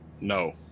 No